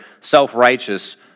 self-righteous